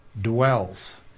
dwells